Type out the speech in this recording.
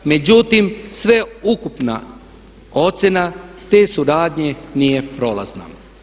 Međutim, sveukupna ocjena te suradnje nije prolazna.